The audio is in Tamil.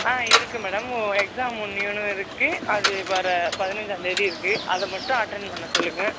ஆ இருக்கு மேடம் எக்ஸாம் ஒன்னியோன்று இருக்கு அது வர பதினஞ்சாந்தேதி இருக்கு அதைமட்டும் அட்டென்ட் பண்ண சொல்லுங்கள்